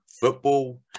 football